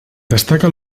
destaca